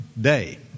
day